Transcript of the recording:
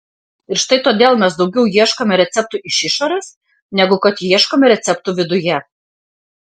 ir štai todėl mes daugiau ieškome receptų iš išorės negu kad ieškome receptų viduje